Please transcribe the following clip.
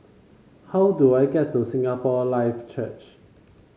how do I get to Singapore Life Church